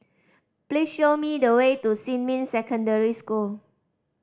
please show me the way to Xinmin Secondary School